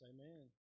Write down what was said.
Amen